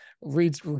reads